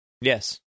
yes